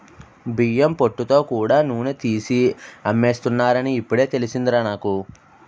బియ్యం పొట్టుతో కూడా నూనె తీసి అమ్మేస్తున్నారని ఇప్పుడే తెలిసిందిరా నాకు